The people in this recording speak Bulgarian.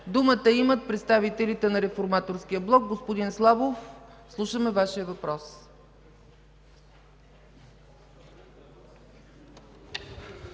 Думата имат представителите на Реформаторския блок. Господин Славов, слушаме Вашия въпрос.